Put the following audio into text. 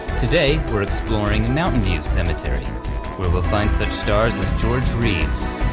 today we're exploring a mountain view cemetery, where we'll find such stars as george reeves,